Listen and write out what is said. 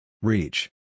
Reach